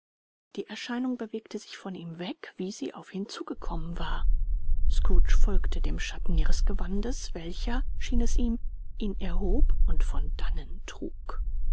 die erscheinung bewegte sich von ihm weg wie sie auf ihn zugekommen war scrooge folgte dem schatten ihres gewandes welcher schien es ihm ihn erhob und von dannen trug